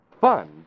Fun